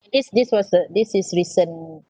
this this was uh this is recent